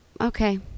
okay